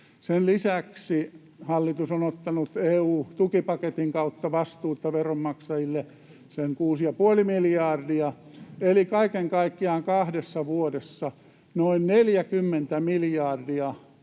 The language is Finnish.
Sen lisäksi hallitus on ottanut EU-tukipaketin kautta vastuuta veronmaksajille 6,5 miljardia eli kaiken kaikkiaan kahdessa vuodessa noin 40 miljardia